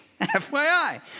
FYI